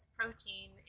protein